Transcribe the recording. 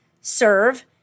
serve